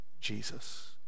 Jesus